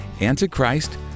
Antichrist